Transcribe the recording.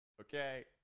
Okay